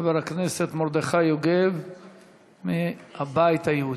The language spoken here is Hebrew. חבר הכנסת מרדכי יוגב מהבית היהודי.